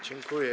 Dziękuję.